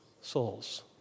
souls